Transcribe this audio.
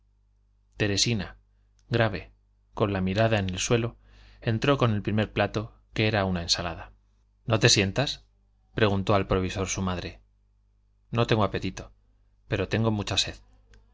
teresina grave con la mirada en el suelo entró con el primer plato que era una ensalada no te sientas preguntó al provisor su madre no tengo apetito pero tengo mucha sed